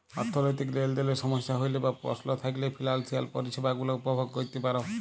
অথ্থলৈতিক লেলদেলে সমস্যা হ্যইলে বা পস্ল থ্যাইকলে ফিলালসিয়াল পরিছেবা গুলা উপভগ ক্যইরতে পার